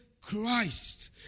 Christ